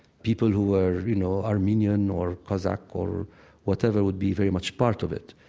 people who are you know armenian or cossack or whatever would be very much part of it